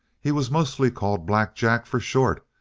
he was mostly called black jack for short,